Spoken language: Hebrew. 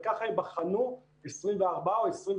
וככה הם בחנו 24 או 28